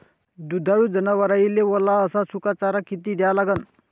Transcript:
दुधाळू जनावराइले वला अस सुका चारा किती द्या लागन?